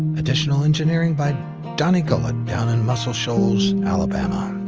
additional engineering by donnie gullet down in muscle shoals, alabama.